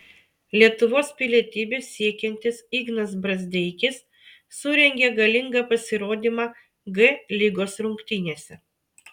lietuvos pilietybės siekiantis ignas brazdeikis surengė galingą pasirodymą g lygos rungtynėse